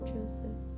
Joseph